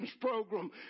program